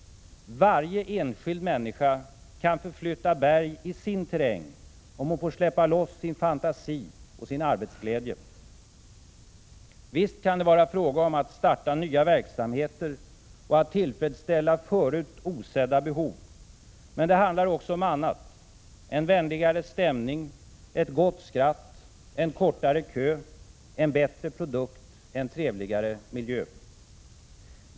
Varje enskild människa kan förflytta berg i sin terräng, om hon får släppa loss sin fantasi och sin arbetsglädje. Visst kan det vara fråga om att starta nya verksamheter och att tillfredsställa förut osedda behov. Men det handlar också om annat; en vänligare stämning, ett gott skratt, en kortare kö, en bättre produkt, en trevligare miljö.